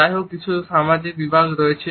যাইহোক কিছু সামাজিক বিভাগ রয়েছে